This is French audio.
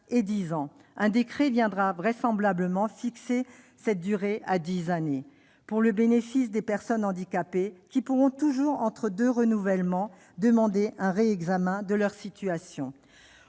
Un décret viendra vraisemblablement fixer cette durée à dix années, pour le plus grand bénéfice des personnes handicapées, qui pourront toujours, entre deux renouvellements, demander un réexamen de leur situation.